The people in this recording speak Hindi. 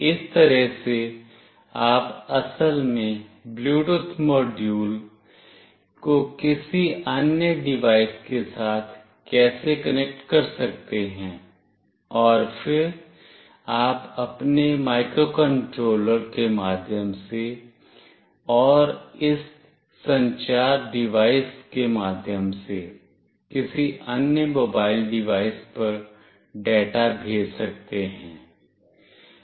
इस तरह से आप असल में ब्लूटूथ मॉड्यूल को किसी अन्य डिवाइस के साथ कैसे कनेक्ट कर सकते हैं और फिर आप अपने माइक्रोकंट्रोलर के माध्यम से और इस संचार डिवाइस के माध्यम से किसी अन्य मोबाइल डिवाइस पर डेटा भेज सकते हैं